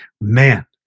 Man